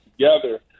together